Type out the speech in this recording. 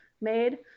made